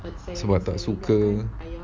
sebab tak suka